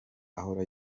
ahora